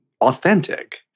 authentic